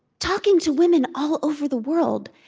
talking to women all over the world,